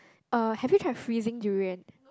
uh have you tried freezing durian